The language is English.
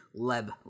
Leb